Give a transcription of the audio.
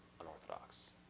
unorthodox